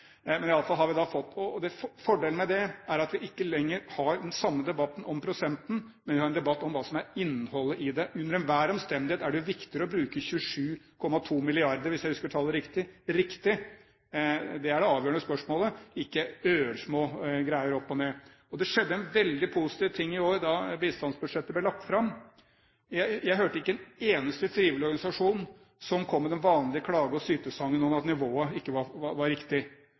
Men i alle fall har vi nå fått det, og fordelen med det er at vi ikke lenger har den samme debatten om prosenten, men vi har en debatt om hva som er innholdet i bistanden. Under enhver omstendighet er det viktigere å bruke 27,2 mrd. kr, hvis jeg husker tallet riktig, riktig, det er det avgjørende spørsmålet – ikke ørsmå greier opp og ned. Det skjedde noe veldig positivt i år da bistandsbudsjettet ble lagt fram. Jeg hørte ikke en eneste frivillig organisasjon som kom med den vanlige klage- og sytesangen om at nivået ikke var